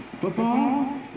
Football